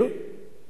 אבל היא אומרת: